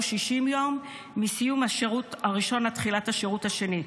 60 יום מסיום השירות הראשון עד תחילת השירות השני.